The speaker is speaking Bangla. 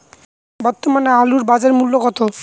বর্তমানে আলুর বাজার মূল্য কত?